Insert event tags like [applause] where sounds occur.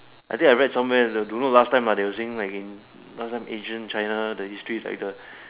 I think I read some where the don't know last time ah they were saying like [noise] last time ancient China the history is like the